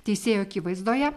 teisėjo akivaizdoje